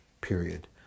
period